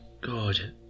God